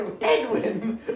Edwin